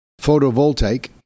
photovoltaic